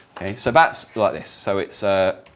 so that's like this. so it's, ah.